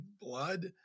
blood